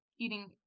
eating